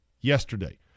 yesterday